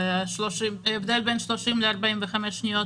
ההבדל בין 30 ל-45 שניות